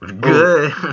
Good